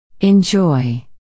Enjoy